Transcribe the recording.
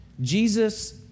Jesus